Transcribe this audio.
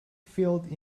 filled